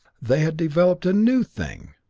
they had developed a new thing!